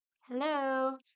hello